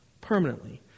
permanently